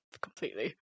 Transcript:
completely